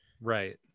Right